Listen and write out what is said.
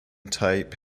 type